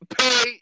pay